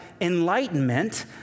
enlightenment